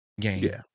game